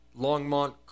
Longmont